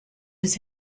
his